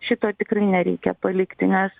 šito tikrai nereikia palikti nes